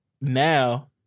now